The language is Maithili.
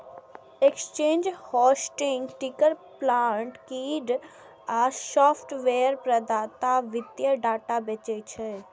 exchange, hosting, ticker plant feed आ सॉफ्टवेयर प्रदाता वित्तीय डाटा बेचै छै